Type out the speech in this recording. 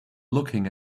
looking